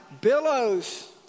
Billows